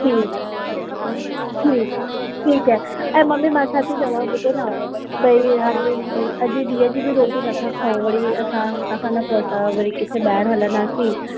ठीकु आहे ठीकु ठीकु आहे ऐं मम्मी मां छा थी चवां ॿुधो न भई हाणे अॼु ॾींहं जी बि रोटी नथा खाऊं वरी असां हुतां खा न पोइ असां वरी किते ॿाहिरि हलंदासीं